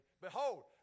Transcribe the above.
Behold